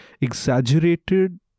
exaggerated